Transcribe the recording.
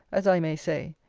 as i may say.